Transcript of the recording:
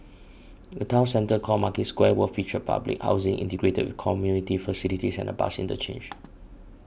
a town centre called Market Square will feature public housing integrated with community facilities and a bus interchange